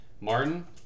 Martin